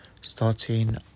Starting